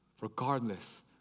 regardless